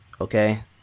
Okay